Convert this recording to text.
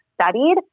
studied